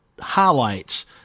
highlights